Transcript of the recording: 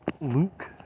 Luke